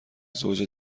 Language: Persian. زوج